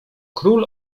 król